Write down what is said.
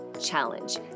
challenge